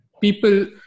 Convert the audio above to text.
people